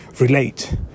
relate